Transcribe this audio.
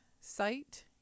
site